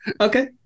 Okay